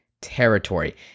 territory